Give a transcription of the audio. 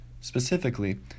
Specifically